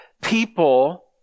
people